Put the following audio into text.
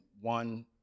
one